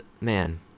man